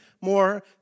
more